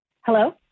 Hello